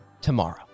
tomorrow